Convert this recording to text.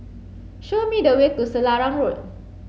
show me the way to Selarang Road